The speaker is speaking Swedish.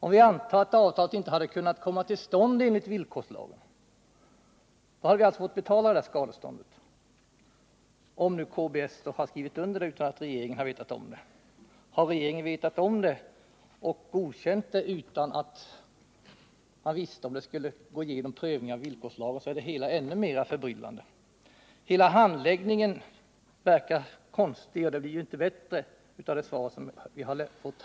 Om vi antar att avtalet inte hade kunnat komma till stånd enligt villkorslagen, då hade vi alltså fått betala skadeståndet, om nu SKB hade skrivit under avtalet utan att regeringen vetat om det. Har regeringen vetat om det och godkänt det utan att man visste om det skulle kunna godkännas vid en prövning enligt villkorslagen, så är det hela ännu mer förbryllande. Hela handläggningen verkar konstig, och intrycket blir inte bättre av det svar som nu har lämnats.